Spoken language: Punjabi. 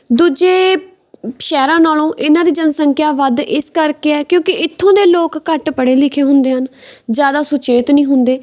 ਦੂਜੇ ਸ਼ਹਿਰਾਂ ਨਾਲੋਂ ਇਹਨਾਂ ਦੀ ਜਨਸੰਖਿਆ ਵੱਧ ਇਸ ਕਰਕੇ ਹੈ ਕਿਉਂਕਿ ਇੱਥੋਂ ਦੇ ਲੋਕ ਘੱਟ ਪੜ੍ਹੇ ਲਿਖੇ ਹੁੰਦੇ ਹਨ ਜ਼ਿਆਦਾ ਸੁਚੇਤ ਨਹੀਂ ਹੁੰਦੇ